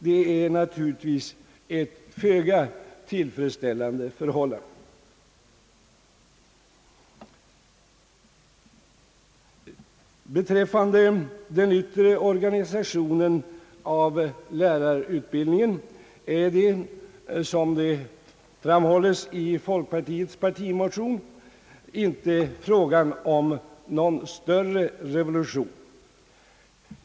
Det är naturligtvis ett föga tillfredsställande förhållande. av lärarutbildningen är det, såsom framhålles i folkpartiets motion, inte fråga om någon större revolution.